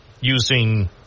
using